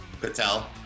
Patel